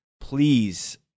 Please